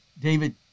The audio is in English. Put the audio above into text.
David